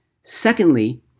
Secondly